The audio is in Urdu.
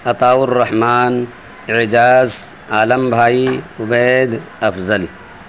عطاء الرحمان اعجاز عالم بھائی عبید افضل